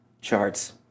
charts